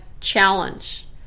challenge